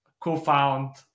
co-found